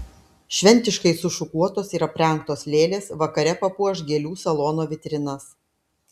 šventiškai sušukuotos ir aprengtos lėlės vakare papuoš gėlių salono vitrinas